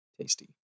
tasty